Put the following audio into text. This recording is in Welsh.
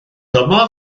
dyma